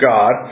God